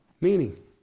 meaning